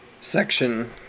section